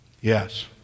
Yes